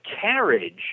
carriage